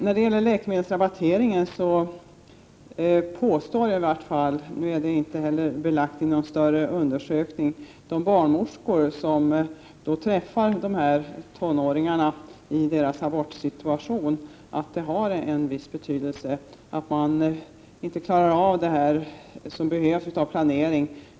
När det gäller läkemedelsrabatteringen vill jag säga att i varje fall de barnmorskor som träffar de här tonåringarna i deras abortsituation påstår — det är tyvärr inte belagt i någon större undersökning — att det har en viss betydelse att de inte klarar av vad som behövs av planering.